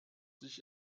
sich